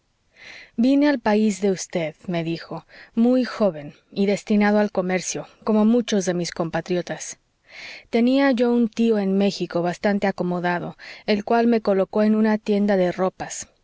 vine al país de vd me dijo muy joven y destinado al comercio como muchos de mis compatriotas tenía yo un tío en méxico bastante acomodado el cual me colocó en una tienda de ropas